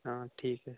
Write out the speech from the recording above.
हाँ ठीक है